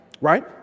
Right